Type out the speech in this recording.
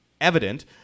evident